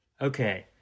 Okay